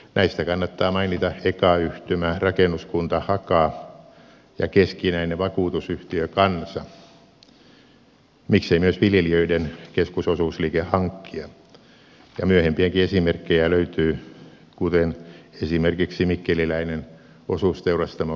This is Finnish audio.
näistä kannattaa mainita eka yhtymä rakennuskunta haka ja keskinäinen vakuutusyhtiö kansa miksei myös viljelijöiden keskusosuusliike hankkija ja myöhempiäkin esimerkkejä löytyy kuten esimerkiksi mikkeliläinen osuusteurastamo karjaportti